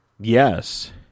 Yes